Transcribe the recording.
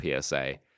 PSA